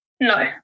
No